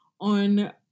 on